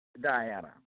Diana